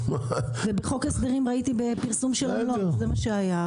בחוק ההסדרים ראיתי בפרסום שזה מה שהיה,